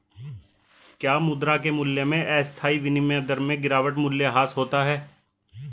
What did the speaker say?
क्या मुद्रा के मूल्य में अस्थायी विनिमय दर में गिरावट मूल्यह्रास होता है?